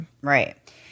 right